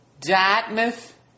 Dartmouth